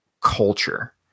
culture